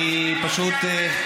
אני פשוט,